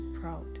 proud